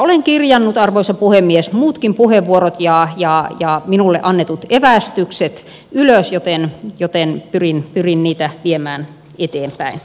olen kirjannut arvoisa puhemies muutkin puheenvuorot ja minulle annetut evästykset ylös joten pyrin niitä viemään eteenpäin